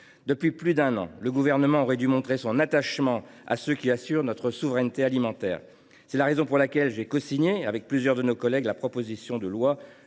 Depuis plus d’un an, le Gouvernement aurait dû montrer son attachement à ceux qui assurent notre souveraineté alimentaire. C’est la raison pour laquelle j’ai cosigné, avec plusieurs de mes collègues, la proposition de loi